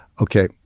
Okay